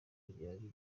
ryari